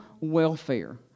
welfare